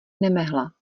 nemehla